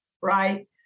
Right